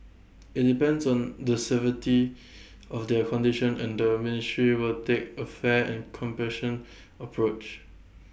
IT depends on the severity of their condition and the ministry will take A fair and compassionate approach